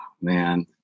man